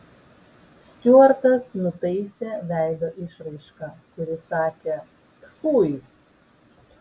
stiuartas nutaisė veido išraišką kuri sakė tfui